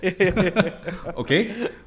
Okay